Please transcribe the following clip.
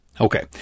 Okay